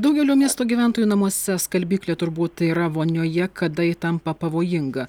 daugelio miestų gyventojų namuose skalbyklė turbūt yra vonioje kada ji tampa pavojinga